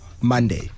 Monday